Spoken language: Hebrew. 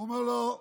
ואומר לו: